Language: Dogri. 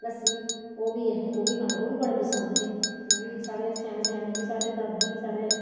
लस्सी ओह् बी अहें ओह् बी खाने ओह् बी बड़े पसंद हे ओह् बी स्हाड़े स्याने स्याने स्हाड़ी दादी स्हाड़े और